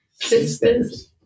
Sisters